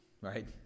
Right